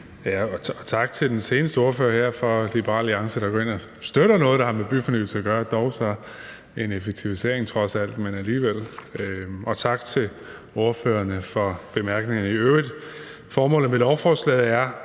tak til den seneste ordfører fra Liberal Alliance, der går ind og støtter noget, der har med byfornyelse at gøre, dog en effektivisering, men alligevel. Også tak til ordførerne for bemærkningerne i øvrigt. Formålet med lovforslaget er